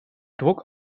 druck